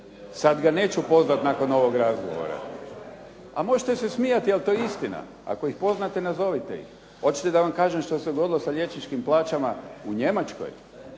Sada ga neću pozvati nakon ovog razgovora. A možete se smijati, ali to je istina. Ako ih poznate nazovite ih. Hoćete da vam kažem što se dogodilo s liječničkim plaćama u Njemačkoj,